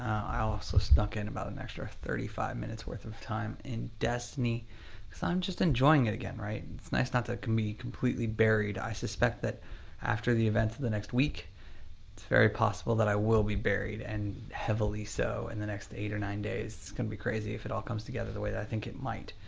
i also snuck in about an extra thirty five minutes worth of time in destiny cause i'm just enjoying it again, right? it's nice not to be completely buried. i suspect that after the events of the next week, it's very possible that i will be buried and heavily so in the next eight or nine days. it's gonna be crazy if it all comes together the way that i think it might.